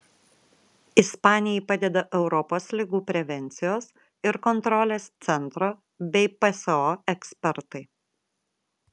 ispanijai padeda europos ligų prevencijos ir kontrolės centro bei pso ekspertai